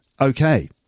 Okay